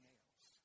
else